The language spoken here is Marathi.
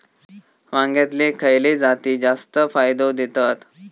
वांग्यातले खयले जाती जास्त फायदो देतत?